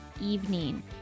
evening